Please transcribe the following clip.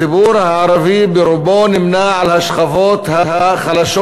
הציבור הערבי ברובו נמנה עם השכבות החלשות